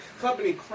company